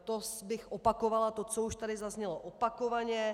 To bych opakovala to, co už tady zaznělo opakovaně.